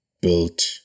built